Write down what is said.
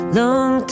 long